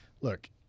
look